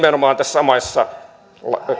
nimenomaan tässä